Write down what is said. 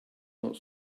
not